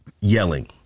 yelling